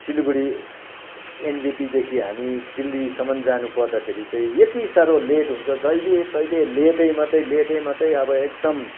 सिलगढी एनजेपीदेखि हामी दिल्लीसम्म जानुपर्दाखेरि चाहिँ यति साह्रो लेट हुन्छ जहिले तहिले लेटै मात्रै लेटै मात्रै अब एकदम